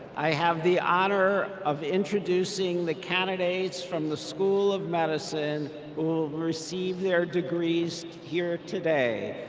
i have the honor of introducing the candidates from the school of medicine who will receive their degrees here today.